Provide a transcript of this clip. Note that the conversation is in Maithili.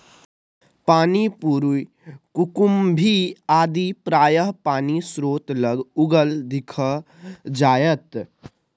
पानिपरी कुकुम्भी आदि प्रायः पानिस्रोत लग उगल दिख जाएत